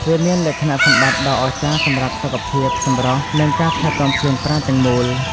វាមានលក្ខណៈសម្បត្តិដ៏អស្ចារ្យសម្រាប់សុខភាព សម្រស់ និងការថែទាំខ្លួនប្រាណទាំងមូល។